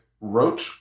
wrote